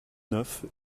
neuf